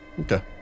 Okay